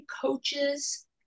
coaches